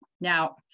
Now